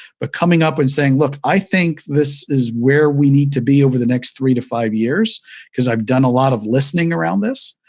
but, coming up and saying, look, i think this is where we need to be over the next three to five years because i've done a lot of listening around this,